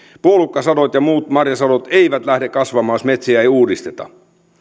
puolukkasadot ja muut marjasadot eivät lähde kasvamaan jos metsiä ei uudisteta